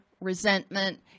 resentment